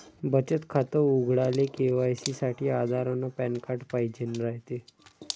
बचत खातं उघडाले के.वाय.सी साठी आधार अन पॅन कार्ड पाइजेन रायते